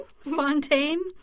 Fontaine